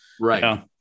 Right